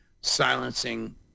silencing